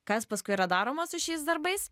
kas paskui yra daroma su šiais darbais